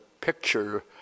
picture